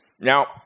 Now